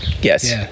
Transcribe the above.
Yes